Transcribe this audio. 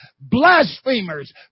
blasphemers